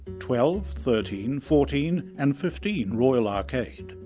twelve, thirteen, fourteen and fifteen royal arcade.